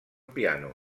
piano